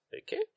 Okay